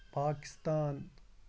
Pakistan